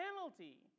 penalty